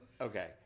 Okay